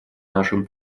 нашем